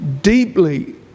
deeply